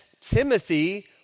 Timothy